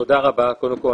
תודה רבה, קודם כל.